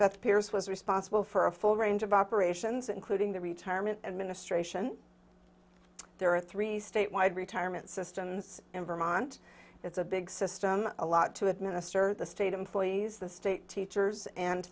beth pearce was responsible for a full range of operations including the retirement administration there are three statewide retirement systems in vermont it's a big system a lot to administer the state employees the state teachers and